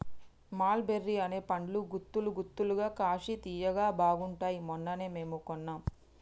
మల్ బెర్రీ అనే పండ్లు గుత్తులు గుత్తులుగా కాశి తియ్యగా బాగుంటాయ్ మొన్ననే మేము కొన్నాం